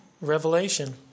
Revelation